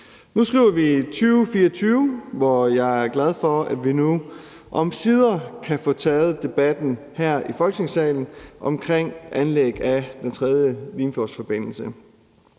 Nu skriver vi 2024, og jeg er glad for, at vi nu omsider kan få taget debatten her i Folketingssalen om anlæg af Den 3. Limfjordsforbindelse.